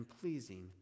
pleasing